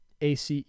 ACE